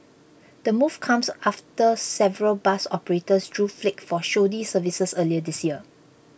the move comes after several bus operators drew flak for shoddy services earlier this year